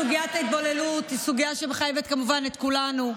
סוגיית ההתבוללות היא סוגיה שמחייבת כמובן את כולנו,